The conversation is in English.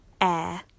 air